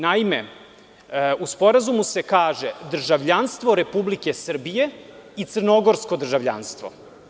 Naime, u Sporazumu se kaže – državljanstvo Republike Srbije i crnogorsko državljanstvo.